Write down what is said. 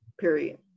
period